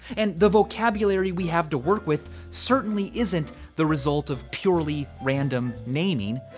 and the vocabulary we have to work with certainly isn't the result of purely random naming.